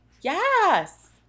Yes